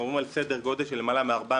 אנחנו מדברים על סדר גודל של למעלה מ-400